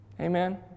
Amen